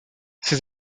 ses